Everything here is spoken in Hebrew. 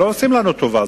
לא עושים לנו טובה,